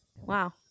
wow